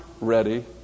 ready